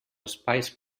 espais